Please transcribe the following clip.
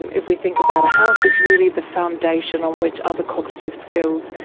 if we think about a house, it's really the foundation on which other cognitive skills,